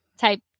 type